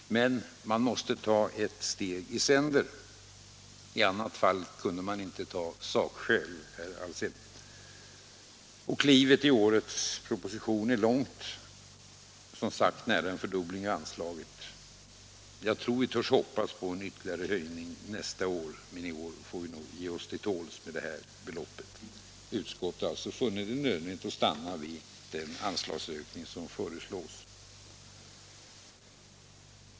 Men man måste ta ett steg i sänder. I annat fall kunde man inte ta sakskäl, herr Alsén. Klivet i årets proposition är långt — som sagt nära nog en fördubbling av anslaget. Jag tror vi törs hoppas på en ytterligare höjning nästa år, men i år får vi nog ge oss till tåls med det här beloppet. Utskottet har alltså funnit det nödvändigt att stanna vid den anslagsökning som föreslås.